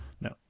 No